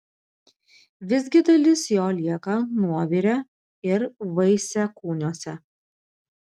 visgi dalis jo lieka nuovire ir vaisiakūniuose